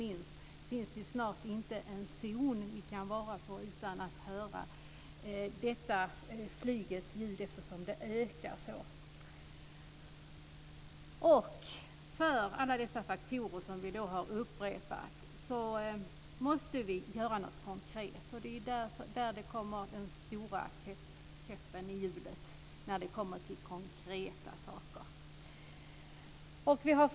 Det finns snart inte en zon vi kan vara i utan att höra flygets ljud, eftersom det ökar så. Mot bakgrund av alla de faktorer vi har upprepat måste vi göra något konkret. Det är när vi kommer till konkret handling som vi ser den stora käppen i hjulet.